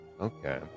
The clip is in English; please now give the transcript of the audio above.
Okay